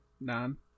None